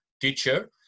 teacher